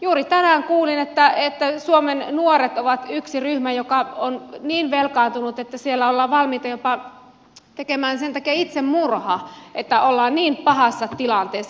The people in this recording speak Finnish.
juuri tänään kuulin että suomen nuoret ovat yksi ryhmä joka on niin velkaantunut että siellä ollaan valmiita jopa tekemään sen takia itsemurha että ollaan niin pahassa tilanteessa